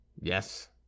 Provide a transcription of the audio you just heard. Yes